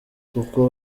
kuko